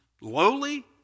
lowly